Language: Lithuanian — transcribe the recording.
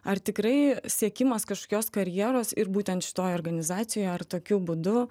ar tikrai siekimas kažkokios karjeros ir būtent šitoj organizacijoj ar tokiu būdu